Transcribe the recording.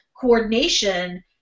coordination